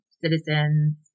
citizens